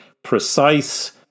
Precise